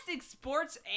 sports